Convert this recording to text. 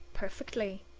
perfectly.